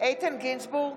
איתן גינזבורג,